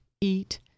eat